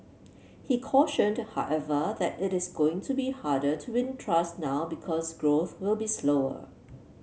he cautioned however that it is going to be harder to win trust now because growth will be slower